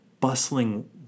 bustling